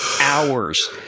hours